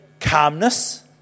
calmness